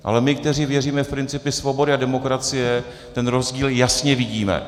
Ale my, kteří věříme v principy svobody a demokracie, ten rozdíl jasně vidíme.